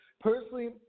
Personally